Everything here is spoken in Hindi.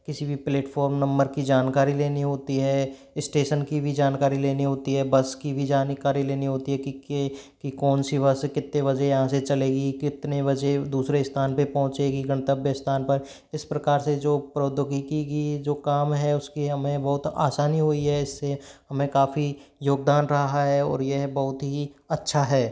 किसी भी प्लेटफॉर्म नंबर की जानकारी लेनी होती है स्टेशन की भी जानकारी लेनी होती है बस की भी जानकारी लेनी होती है कि कौन सी बस है कितने बजे यहाँ से चलेगी कितने बजे दूसरे स्थान पर पहुंचेगी गंतव्य स्थान पर इस प्रकार से जो प्रौद्योगिकी जो काम है उसकी हमें बहुत आसानी हुई है इससे हमें काफ़ी योगदान रहा है और यह बहुत ही अच्छा है